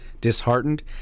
disheartened